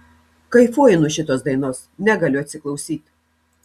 kaifuoju nuo šitos dainos negaliu atsiklausyt